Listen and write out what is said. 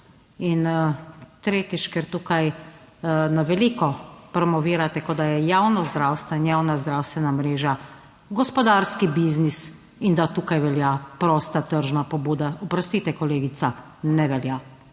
In tretjič, ker tukaj na veliko promovirate, kot da je javno zdravstvo in javna zdravstvena mreža gospodarski biznis in da tukaj velja prosta tržna pobuda. Oprostite, kolegica, ne velja.